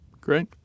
great